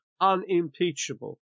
unimpeachable